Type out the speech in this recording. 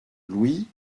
louis